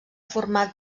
format